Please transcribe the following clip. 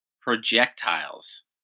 projectiles